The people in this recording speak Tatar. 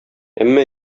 әмма